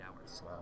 hours